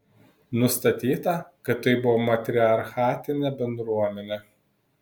nustatyta kad tai buvo matriarchatinė bendruomenė